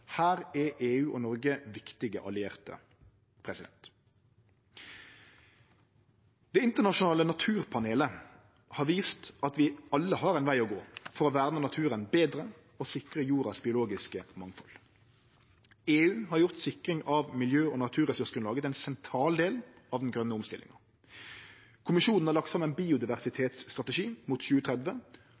Her er EU og Noreg viktige allierte. Det internasjonale naturpanelet har vist at vi alle har ein veg å gå for å verne naturen betre og sikre jordas biologiske mangfald. EU har gjort sikring av miljø- og naturressursgrunnlaget til ein sentral del av den grøne omstillinga. Kommisjonen har lagt fram ein biodiversitetsstrategi mot 2030